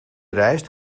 reist